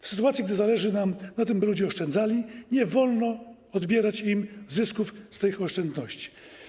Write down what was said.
W sytuacji, gdy zależy nam na tym, by ludzie oszczędzali, nie wolno odbierać im zysków z tych oszczędności.